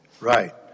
Right